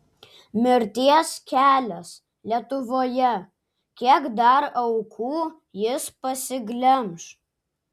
mirties kelias lietuvoje kiek dar aukų jis pasiglemš